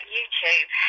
YouTube